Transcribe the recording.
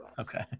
Okay